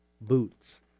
boots